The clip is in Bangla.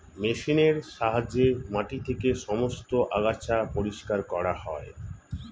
মেশিনের সাহায্যে মাটি থেকে সমস্ত আগাছা পরিষ্কার করা হয়